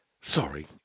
Sorry